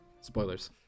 Spoilers